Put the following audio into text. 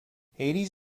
hades